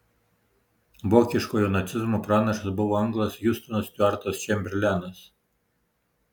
vokiškojo nacizmo pranašas buvo anglas hiustonas stiuartas čemberlenas